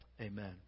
Amen